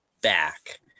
back